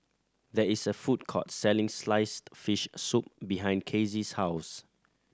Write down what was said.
there is a food court selling sliced fish soup behind Kasey's house